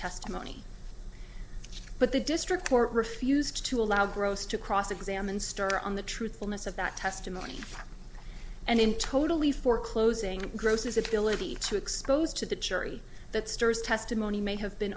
testimony but the district court refused to allow gross to cross examine starr on the truthfulness of that testimony and in totally for closing gross's ability to expose to the jury that stirs testimony may have been